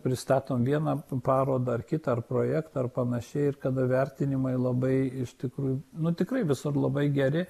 pristatom vieną parodą ar kitą ar projektą ar panašiai ir kada vertinimai labai iš tikrųjų nu tikrai visur labai geri